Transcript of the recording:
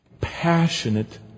passionate